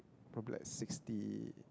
probably like sixty